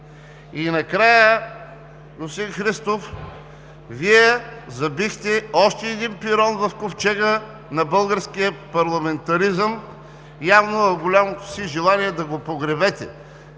Накрая, господин Христов, Вие забихте още един пирон в ковчега на българския парламентаризъм, явно в голямото си желание да го погребете.